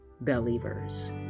Believers